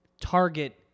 target